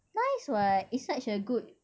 nice [what] it's such a good